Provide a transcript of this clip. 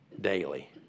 daily